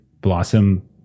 Blossom